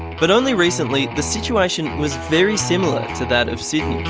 but only recently the situation was very similar to that of sydney.